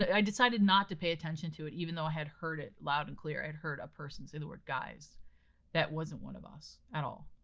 i decided not to pay attention to it even though i had heard it loud and clear. i had heard a person say the word, guys that wasn't one of us at all.